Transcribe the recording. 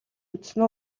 үзсэн